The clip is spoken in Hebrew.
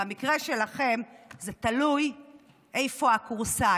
במקרה שלכם זה תלוי איפה הכורסה,